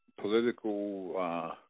political